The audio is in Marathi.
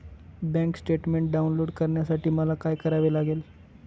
बँक स्टेटमेन्ट डाउनलोड करण्यासाठी मला काय करावे लागेल?